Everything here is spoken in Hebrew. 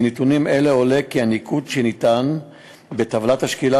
מנתונים אלה עולה כי הניקוד שניתן בטבלת השקילה,